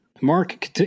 Mark